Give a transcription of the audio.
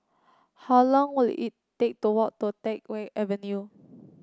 how long will it take to walk to Teck Whye Avenue